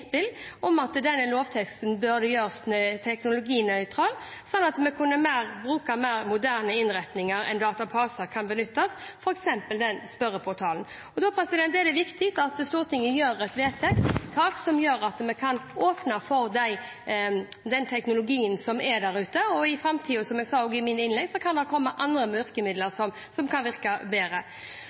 om at denne lovteksten burde gjøres teknologinøytral, slik at vi kunne bruke mer moderne innretninger enn databaser, f.eks. en spørreportal. Da er det viktig at Stortinget gjør et vedtak som gjør at vi kan åpne for den teknologien som er der ute. I framtida kan det – som jeg også sa i mitt innlegg – komme andre virkemidler, som kan virke bedre.